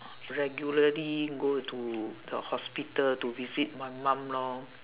regularly go to the hospital to visit my mum lor